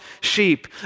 sheep